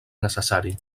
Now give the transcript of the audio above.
necessari